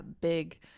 big